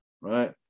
right